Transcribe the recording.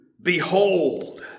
behold